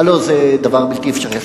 הלוא זה דבר בלתי אפשרי.